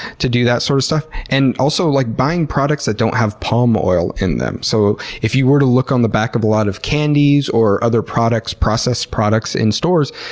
to do that sort of stuff. and also like buying products that don't have palm oil in them. so if you were to look on the back of a lot of candies or other processed products in stores,